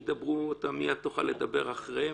ידברו, אתה מיד תוכל לדבר אחריהם.